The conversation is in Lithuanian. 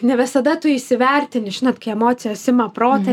ne visada tu įsivertini žinot kai emocijos ima protą